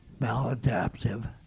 maladaptive